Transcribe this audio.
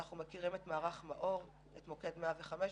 אנחנו מכירים את מערך מאו"ר ומוקד 105 בתוכו,